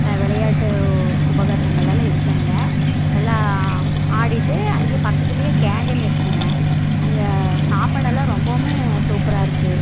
விளையாட்டு உபகரணங்கள்லலாம் இருக்குது அங்கே எல்லாம் ஆடிகிட்டு அங்கே பக்கத்திலயே கேண்டீன் இருக்குதுங்க அங்கே சாப்பாடெல்லாம் ரொம்பவும் சூப்பராக இருக்குது